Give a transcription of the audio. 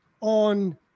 on